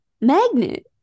magnet